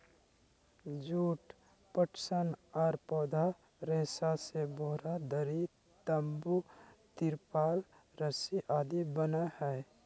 जुट, पटसन आर पौधा रेशा से बोरा, दरी, तंबू, तिरपाल रस्सी आदि बनय हई